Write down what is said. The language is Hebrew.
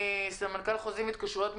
סמנכ"ל חוזים והתקשרויות,